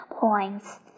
points